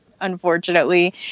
unfortunately